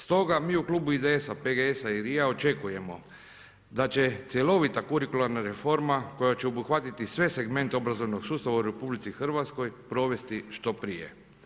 Stoga mi u klubu IDS-a, PGS-a i LRI-a očekujemo da će cjelovita kurikularna reforma koja će obuhvatiti sve segmente obrazovnog sustava u RH provesti se što prije.